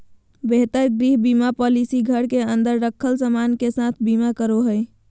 बेहतर गृह बीमा पॉलिसी घर के अंदर रखल सामान के साथ बीमा करो हय